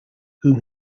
whom